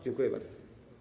Dziękuję bardzo.